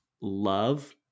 love